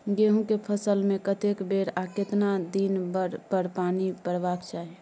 गेहूं के फसल मे कतेक बेर आ केतना दिन पर पानी परबाक चाही?